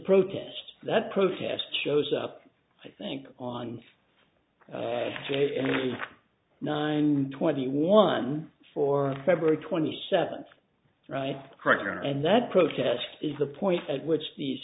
protest that protest shows up i think on nine twenty one for february twenty seventh right corner and that protest is the point at which the